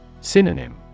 Synonym